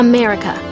America